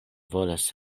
volas